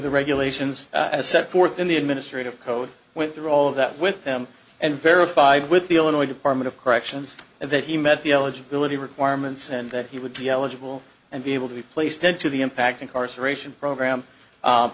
the regulations as set forth in the administrative code went through all of that with them and verified with the illinois department of corrections and that he met the eligibility requirements and that he would be eligible and be able to be placed into the impact incarceration program